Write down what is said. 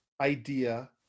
idea